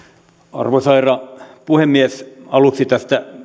arvoisa herra puhemies aluksi tästä